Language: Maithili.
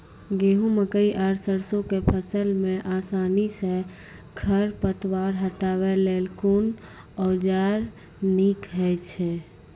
गेहूँ, मकई आर सरसो के फसल मे आसानी सॅ खर पतवार हटावै लेल कून औजार नीक है छै?